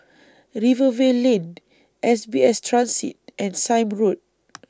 Rivervale Lane S B S Transit and Sime Road